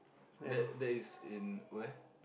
that that is in where